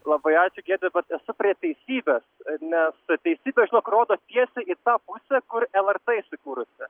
labai ačiū giedre bet esu prie teisybės nes teisybė žinok rodo tiesiai į tą pusę kur lrt įsikūrusi